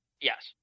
Yes